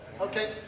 Okay